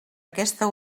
aquesta